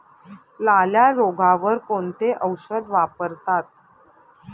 लाल्या रोगावर कोणते औषध वापरतात?